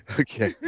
okay